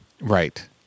Right